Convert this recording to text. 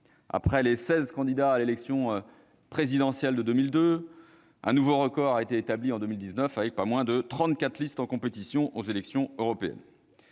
Après les seize candidats à l'élection présidentielle de 2002, un nouveau record a été établi en 2019, avec pas moins de trente-quatre listes en compétition aux élections européennes.